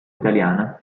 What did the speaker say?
italiana